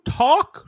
talk